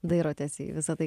dairotės į visa tai